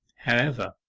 however,